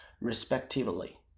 respectively